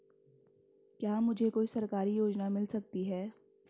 क्या मुझे कोई सरकारी योजना मिल सकती है?